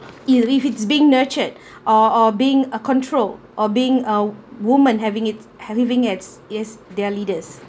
you if it's being nurtured or or being a control or being a woman having it having as yes their leaders